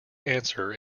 answer